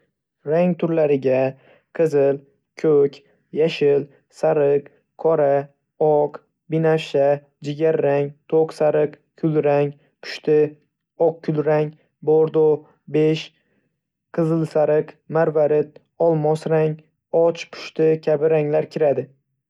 Rang turlariga: Qizil, ko'k, yashil, sariq, qora, oq, binafsha, jigarrang, to'q sariq, kulrang, pushti, oq kulrang, bordo, bej, qizil-sariq, marvarid, olmos rang, och pushti kabi ranglar kiradi.